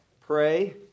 pray